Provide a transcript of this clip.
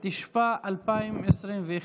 התשפ"א 2021,